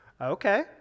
okay